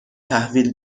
تحویل